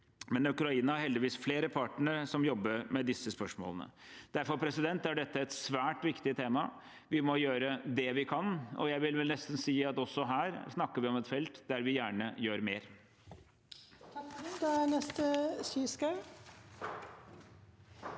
men Ukraina har heldigvis flere partnere som jobber med disse spørsmålene. Derfor er dette et svært viktig tema. Vi må gjøre det vi kan, og jeg vil vel nesten si at også her snakker vi om et felt der vi gjerne gjør mer.